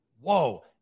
whoa